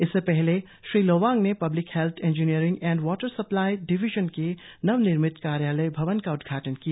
इससे पहले श्री लोवांग ने कल public health engineering and water supply division के नव निर्मित कार्यालय भवन का उदघाटन किया